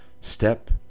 Step